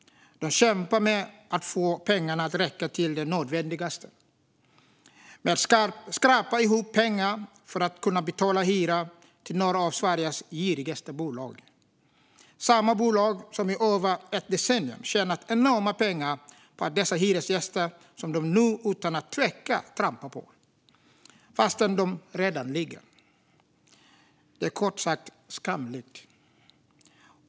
De kämpar med att få pengarna att räcka till det nödvändigaste och skrapa ihop pengar för att kunna betala hyror till några av Sveriges girigaste bolag, samma bolag som i över ett decennium har tjänat enorma pengar på dessa hyresgäster som de nu utan att tveka trampar på fast de redan ligger. Det är kort sagt skamligt.